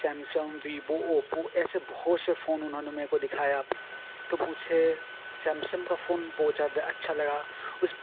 Samsung Vivo Oppo ऐसे बहुत से फोन उन्होंने मेरे को दिखाया तो पूछे सैमसंग का फोन बहुत ज़्यादा अच्छा लगा